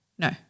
No